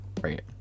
right